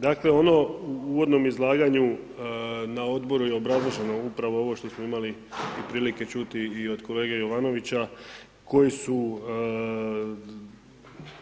Dakle, ono u uvodnom izlaganju, na odboru je obrazloženo upravo ovo što smo imali i prilike čuti i od kolege Jovanovića, koji su